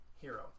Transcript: hero